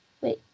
Wait